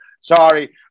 Sorry